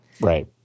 Right